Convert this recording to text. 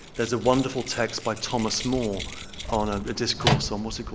there's a wonderful text by thomas moore on ah a discourse on, what's it called?